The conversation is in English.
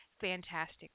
fantastic